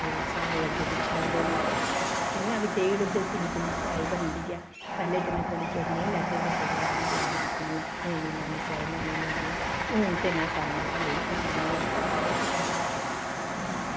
ते सारे अग्गें पिच्छे आह्ले बी ते इ'यां बी देई ओड़दे जि'न्नी जि'न्नी सेआई बनदी ऐ पैह्लें ते में थोह्ड़े चिर नेईं लैते कुसै कोला बी ऐ में आखना ना में निं लैनी सेआई में निं लैनी ऐ हून ते में सारें कोला लेई गै लैनी आं बड़ा कुछ दिंदे